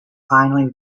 finally